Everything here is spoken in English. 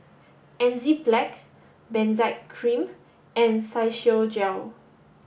Enzyplex Benzac Cream and Physiogel